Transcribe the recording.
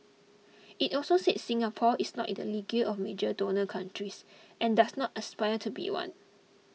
it also said Singapore is not in the league of major donor countries and does not aspire to be one